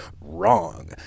Wrong